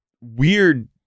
weird